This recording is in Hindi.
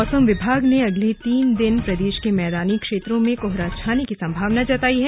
मौसम विभाग ने अगले तीन दिन राज्य के मैदानी क्षेत्रों में कोहरा छाने की संभावना जतायी है